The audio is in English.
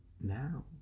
now